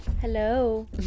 Hello